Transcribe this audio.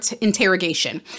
interrogation